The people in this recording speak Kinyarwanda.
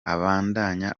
abandanya